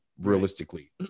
realistically